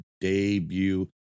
debut